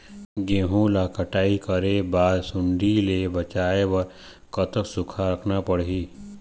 गेहूं ला कटाई करे बाद सुण्डी ले बचाए बर कतक सूखा रखना पड़ही?